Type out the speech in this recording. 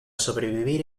sobrevivir